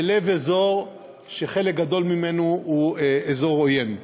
בלב אזור שחלק גדול ממנו הוא אזור עוין.